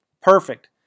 Perfect